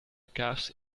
kaars